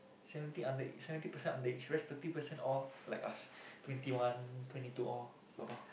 seventy under seventy percent underage rest thirty percent all like us twenty one twenty two all about